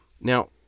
now